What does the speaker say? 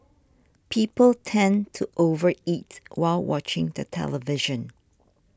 people tend to over eat while watching the television